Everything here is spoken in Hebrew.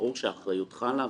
ברור שהאחריות חלה.